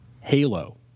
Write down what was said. Halo